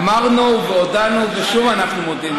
אמרנו והודינו, ושוב אנחנו מודים.